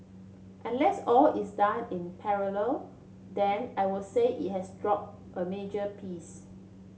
unless all is done in parallel then I will say it has drop a major piece